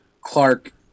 Clark